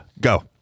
Go